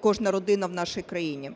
кожна родина в нашій країні.